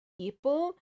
people